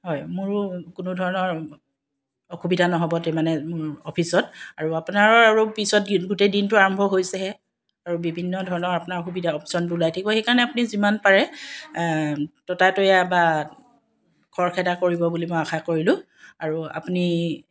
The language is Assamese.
হয় মোৰো কোনোধৰণৰ অসুবিধা নহ'ব তে মানে অফিচত আৰু আপোনাৰো আৰু পিছত গোটেই দিনটো আৰম্ভ হৈছেহে আৰু বিভিন্ন ধৰণৰ আপোনাৰ অসুবিধা আপোনাৰ অপশ্য়নবোৰ ওলাই থাকিব সেইকাৰণে আপুনি যিমান পাৰে ততাতৈয়া বা খৰখেদা কৰিব বুলি মই আশা কৰিলোঁ আৰু আপুনি